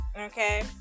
Okay